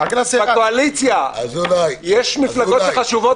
בקואליציה יש מפלגות שחשובות פחות?